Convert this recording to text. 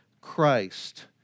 Christ